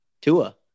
Tua